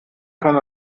kann